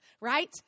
right